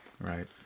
Right